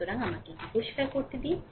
সুতরাং আমাকে এটি পরিষ্কার করুন